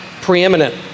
preeminent